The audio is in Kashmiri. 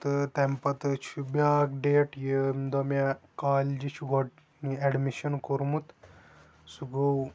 تہٕ تَمہِ پَتہٕ چھُ بیاکھ ڈیٹ یہِ ییٚمہِ دۄہ مےٚ کالجہِ چھُ گۄڈٕ ایڑمِشن کوٚرمُت سُہ گوٚو